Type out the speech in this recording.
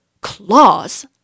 Claws